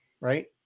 right